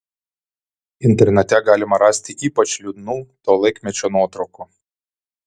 internete galima rasti ypač liūdnų to laikmečio nuotraukų